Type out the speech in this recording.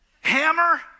hammer